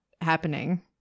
happening